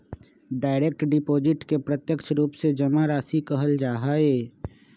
direct deposit के प्रत्यक्ष रूप से जमा राशि कहल जा हई